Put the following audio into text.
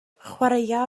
chwaraea